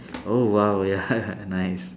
oh !wow! ya nice